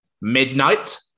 Midnight